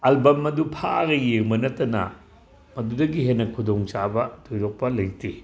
album ꯑꯗꯨ ꯐꯥꯛꯑꯒ ꯌꯦꯡꯕ ꯅꯠꯇꯅ ꯑꯗꯨꯗꯒꯤ ꯍꯦꯟꯅ ꯈꯨꯗꯣꯡꯆꯥꯕ ꯊꯣꯏꯗꯣꯛꯄ ꯂꯩꯇꯦ